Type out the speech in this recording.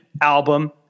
album